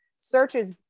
searches